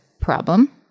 problem